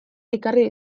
ekarri